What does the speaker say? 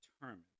determined